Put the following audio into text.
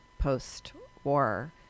post-war